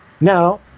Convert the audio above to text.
Now